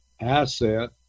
asset